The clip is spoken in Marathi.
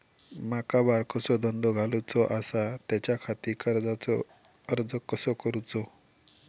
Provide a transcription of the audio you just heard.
माका बारकोसो धंदो घालुचो आसा त्याच्याखाती कर्जाचो अर्ज कसो करूचो?